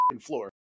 floor